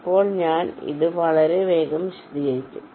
ഇപ്പോൾ ഞാൻ ഇത് വളരെ വേഗം വിശദീകരിക്കും